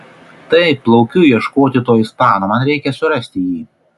taip plaukiu ieškoti to ispano man reikia surasti jį